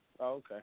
Okay